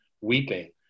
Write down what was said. weeping